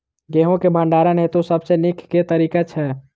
गेंहूँ केँ भण्डारण हेतु सबसँ नीक केँ तरीका छै?